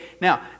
Now